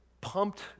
pumped